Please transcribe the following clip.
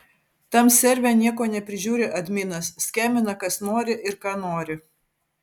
tam serve nieko neprižiūri adminas skemina kas nori ir ką nori